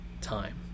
time